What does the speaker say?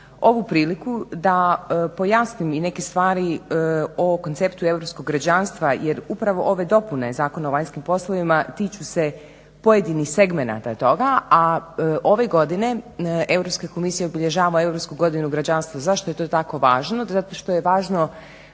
ovu priliku da pojasnim i neke stvari o konceptu europskog građanstva jer upravo ove dopune Zakona o vanjskim poslovima tiču se pojedinih segmenata toga a ove godine Europska komisija obilježava europsku godinu građanstva. Zašto je to tako važno? Zato što je važno